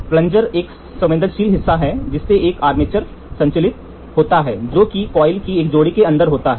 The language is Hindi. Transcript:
प्लनजर संवेदनशील हिस्सा है जिससे एक आर्मेचर संचालित होता है जो कि कॉइल की एक जोड़ी के अंदर होता है